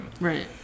Right